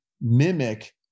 mimic